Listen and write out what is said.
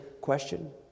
question